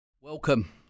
Welcome